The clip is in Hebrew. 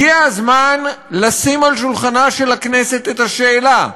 הגיע הזמן לשים על שולחנה של הכנסת את השאלה: